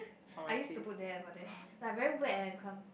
I used to put there but then like very wet eh it become